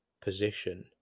position